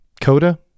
coda